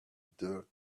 dirt